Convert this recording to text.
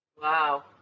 Wow